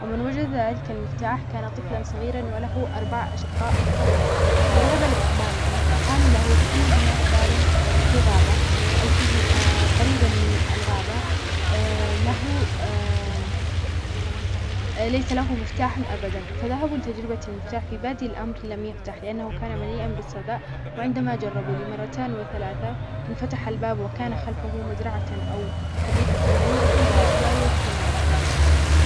ذات مرة، عُثر على مفتاح يمكنه فتح أي باب. كان مفتاحًا صغيرًا جدًا، لكن قوته كانت لا تُصدّق. حمله شخص فضولي وقرر تجربته. فتح أول باب في منزله، لكنه اكتشف أن المفتاح يفتح أبوابًا لأماكن غريبة، كل واحد منها يحتوي على مغامرة جديدة وأسرار لم تُكتشف بعد.